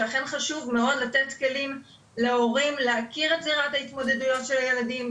לכן חשוב מאוד לתת כלים להורים להכיר את זירת ההתמודדויות של הילדים,